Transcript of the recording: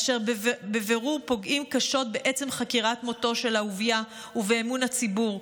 אשר בבירור פוגעים קשות בעצם חקירת מותו של אהוביה ובאמון הציבור,